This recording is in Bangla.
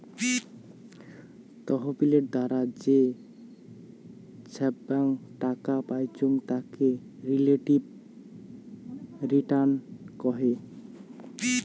তহবিলের দ্বারা যে ছাব্যাং টাকা পাইচুঙ তাকে রিলেটিভ রিটার্ন কহে